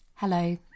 Hello